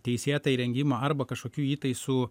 teisėtą įrengimą arba kažkokių įtaisų